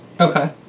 Okay